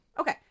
Okay